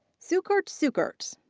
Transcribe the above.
sukirt sukirt.